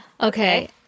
Okay